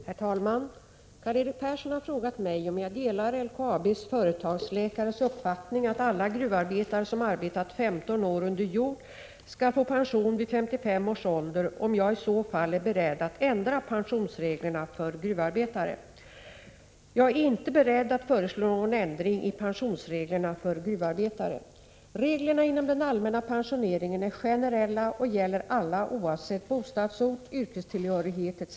Herr talman! Karl-Erik Persson har frågat mig om jag delar LKAB:s företagsläkares uppfattning att alla gruvarbetare som arbetat 15 år under jord skall få pension vid 55 års ålder och om jag i så fall är beredd att ändra pensionsreglerna för gruvarbetare. Jag är inte beredd att föreslå någon ändring i pensionsreglerna för gruvarbetare. Reglerna inom den allmänna pensioneringen är generella och gäller alla oavsett bostadsort, yrkestillhörighet etc.